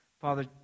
Father